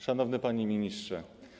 Szanowny Panie Ministrze!